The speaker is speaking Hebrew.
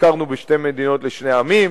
הכרנו בשתי מדינות לשני עמים,